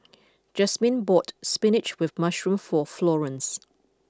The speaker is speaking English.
Jasmyne bought Spinach with Mushroom for Florance